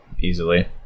easily